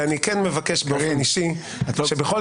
אני מבקש באופן אישי שייאמר,